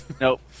Nope